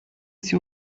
sie